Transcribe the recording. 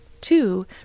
Two